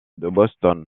boston